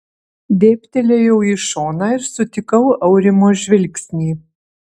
dėbtelėjau į šoną ir sutikau aurimo žvilgsnį